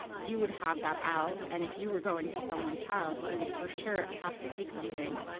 you would have that out. and if you were going to someone's house you would for sure have to take something,